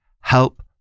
help